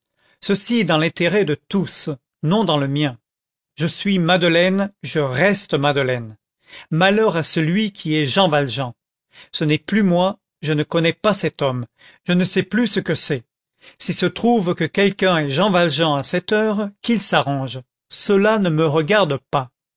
ceci est dans l'intérêt de tous non dans le mien je suis madeleine je reste madeleine malheur à celui qui est jean valjean ce n'est plus moi je ne connais pas cet homme je ne sais plus ce que c'est s'il se trouve que quelqu'un est jean valjean à cette heure qu'il s'arrange cela ne me regarde pas